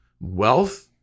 wealth